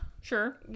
sure